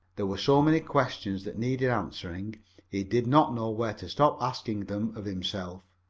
there were so many questions that needed answering he did not know where to stop asking them of himself.